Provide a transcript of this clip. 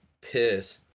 piss